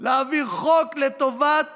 להעביר חוק לטובת